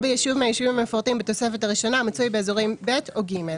או ביישוב מהיישובים המפורטים בתוספת הראשונה המצוי באזורים ב' או ג';